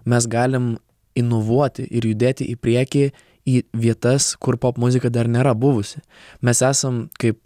mes galim inovuoti ir judėti į priekį į vietas kur popmuzika dar nėra buvusi mes esam kaip